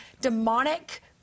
demonic